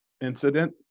incident